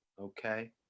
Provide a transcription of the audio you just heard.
Okay